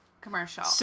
commercial